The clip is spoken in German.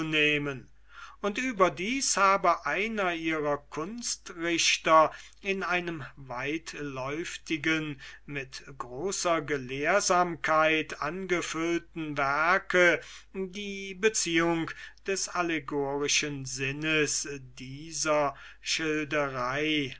und über dies habe einer ihrer kunstrichter in einem weitläuftigen mit großer gelehrsamkeit angefüllten werke die beziehung des allegorischen sinnes dieser